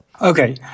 Okay